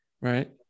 Right